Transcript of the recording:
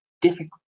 difficult